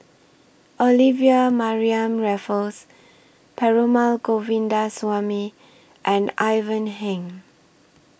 Olivia Mariamne Raffles Perumal Govindaswamy and Ivan Heng